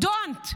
""Don't.